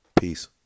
Peace